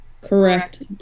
Correct